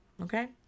Okay